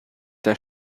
der